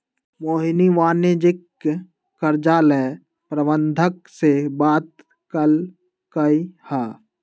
मोहिनी वाणिज्यिक कर्जा ला प्रबंधक से बात कलकई ह